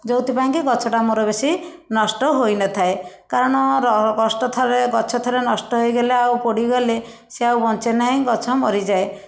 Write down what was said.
ଯେଉଁଥିପାଇଁ କି ଗଛ ଟା ମୋର ବେଶି ନଷ୍ଟ ହୋଇ ନ ଥାଏ କାରଣ ନଷ୍ଟ ଥରେ ଗଛ ଥରେ ନଷ୍ଟ ହେଇଗଲେ ଆଉ ପୋଡ଼ିଗଲେ ସେ ଆଉ ବଞ୍ଚେ ନାହିଁ ଗଛ ମରିଯାଏ